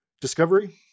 Discovery